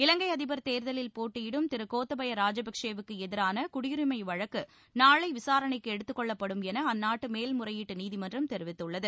இவங்கை அதிபர் தேர்தலில் போட்டியிடும் திரு கோத்தபய ராஜபக்சே வுக்கு எதிரான குடியுரிமை வழக்கு நாளை விசாரணைக்கு எடுத்துக் கொள்ளப்படும் என அந்நாட்டு மேல்முறையீட்டு நீதிமன்றம் தெரிவித்துள்ளது